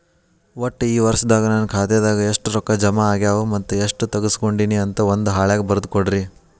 ಒಟ್ಟ ಈ ವರ್ಷದಾಗ ನನ್ನ ಖಾತೆದಾಗ ಎಷ್ಟ ರೊಕ್ಕ ಜಮಾ ಆಗ್ಯಾವ ಮತ್ತ ಎಷ್ಟ ತಗಸ್ಕೊಂಡೇನಿ ಅಂತ ಒಂದ್ ಹಾಳ್ಯಾಗ ಬರದ ಕೊಡ್ರಿ